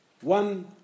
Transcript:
One